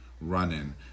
running